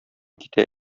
китә